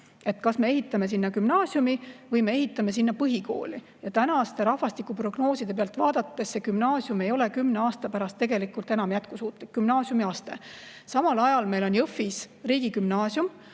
Kas me ehitame sinna gümnaasiumi või me ehitame sinna põhikooli? Praeguste rahvastikuprognooside pealt vaadates see gümnaasiumiaste ei ole kümne aasta pärast tegelikult enam jätkusuutlik. Samal ajal meil on Jõhvis riigigümnaasium,